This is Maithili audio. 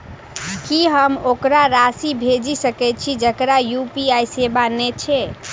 की हम ओकरा राशि भेजि सकै छी जकरा यु.पी.आई सेवा नै छै?